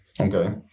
Okay